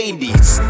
80s